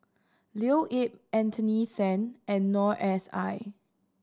Leo Yip Anthony Then and Noor S I